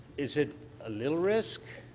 is it a little risk